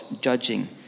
judging